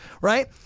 right